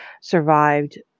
survived